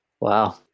Wow